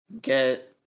get